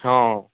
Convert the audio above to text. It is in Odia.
ହଁ